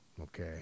Okay